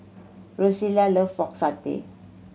Rosella love Pork Satay